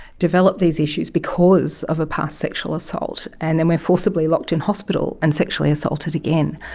developed these issues because of a past sexual assault, and then we are forcibly locked in hospital and sexually assaulted again,